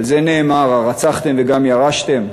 על זה נאמר: הרצחתם וגם ירשתם?